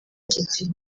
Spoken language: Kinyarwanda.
kiti